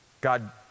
God